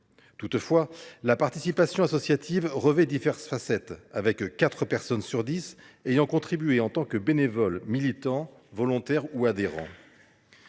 Toutefois, la participation associative revêt diverses facettes, quatre personnes sur dix ayant contribué en tant que bénévoles, militants, volontaires ou adhérents.